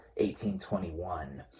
1821